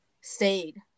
stayed